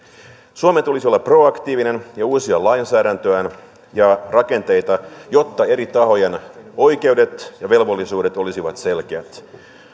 suomen tulisi olla proaktiivinen ja uusia lainsäädäntöään ja rakenteita jotta eri tahojen oikeudet ja velvollisuudet olisivat selkeät